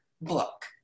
book